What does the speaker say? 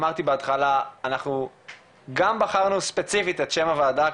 אמרתי בהתחלה אנחנו גם בחרנו ספציפית את שם הוועדה,